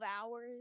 hours